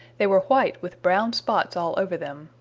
they were white with brown spots all over them.